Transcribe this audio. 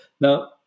Now